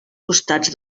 costats